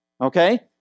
Okay